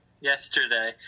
Yesterday